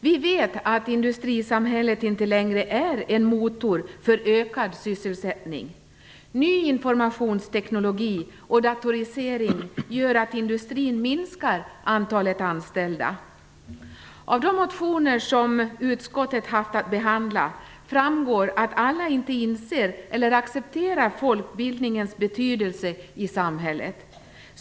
Vi vet att industrisamhället inte längre är en motor för ökad sysselsättning. Ny informationsteknik och datorisering gör att industrin minskar antalet anställda. Av de motioner som utskottet haft att behandla framgår att alla inte inser eller accepterar folkbildningens betydelse i samhället.